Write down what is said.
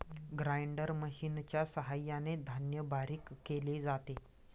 grinder मशिनच्या सहाय्याने धान्य बारीक केले जाते